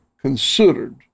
Considered